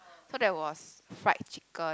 so there was fried chicken